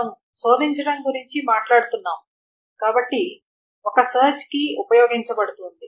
మనం శోధించడం గురించి మాట్లాడుతున్నాము కాబట్టి ఒక సెర్చ్ కీ ఉపయోగించబడుతోంది